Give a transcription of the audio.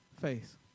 face